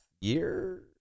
year